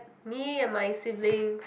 me and my siblings